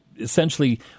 essentially